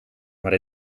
maar